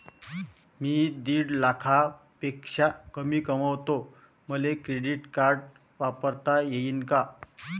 मी दीड लाखापेक्षा कमी कमवतो, मले क्रेडिट कार्ड वापरता येईन का?